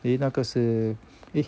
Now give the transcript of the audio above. eh 那个是 eh